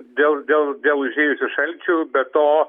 dėl dėl dėl užėjusių šalčių be to